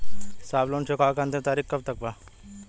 साहब लोन चुकावे क अंतिम तारीख कब तक बा?